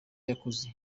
yakoze